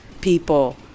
people